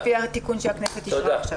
לפי התיקון שהכנסת אישרה.